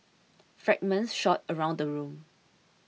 fragments shot around the room